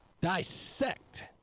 dissect